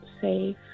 safe